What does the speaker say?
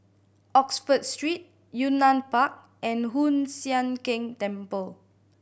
Oxford Street Yunnan Park and Hoon Sian Keng Temple